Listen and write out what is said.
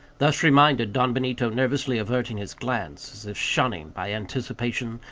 thus reminded, don benito, nervously averting his glance, as if shunning, by anticipation,